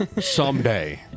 Someday